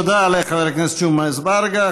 תודה לחבר הכנסת ג'מעה אזברגה.